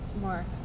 More